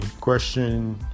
question